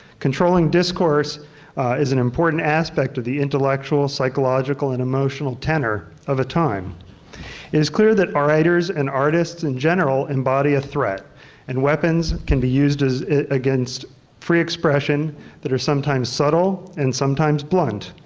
controlling discourse is an important aspect of the intellectual, psychological, and emotional tenor of a time. it is clear that ah writers and artists in general embody a threat and weapons can be used as against free expression that are sometimes subtle and sometimes blunt